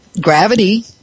Gravity